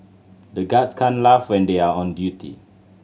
the guards can't laugh when they are on duty